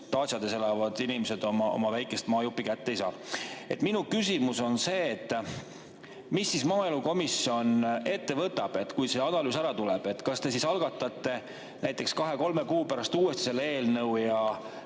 daatšades elavad inimesed oma väikest maajuppi kätte ei saa. Minu küsimus on see, et mida maaelukomisjon ette võtab, kui see analüüs ära tuleb. Kas te algatate näiteks kahe-kolme kuu pärast uuesti selle eelnõu ja